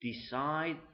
decide